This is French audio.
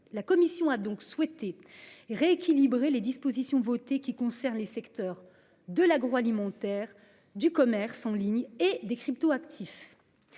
la commission a donc souhaité. Rééquilibrer les dispositions votées qui concernent les secteurs de l'agroalimentaire du commerce en ligne et des crypto-actifs.